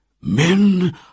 Men